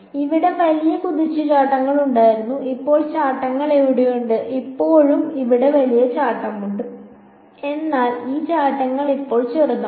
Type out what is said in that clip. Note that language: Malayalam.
ഇവിടെ വലിയ കുതിച്ചുചാട്ടങ്ങൾ ഉണ്ടായിരുന്നു ഇപ്പോൾ ചാട്ടങ്ങൾ ഇവിടെയുണ്ട് ഇപ്പോഴും ഇവിടെ ഒരു വലിയ ചാട്ടമുണ്ട് എന്നാൽ ഈ ചാട്ടങ്ങൾ ഇപ്പോൾ ചെറുതാണ്